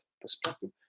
perspective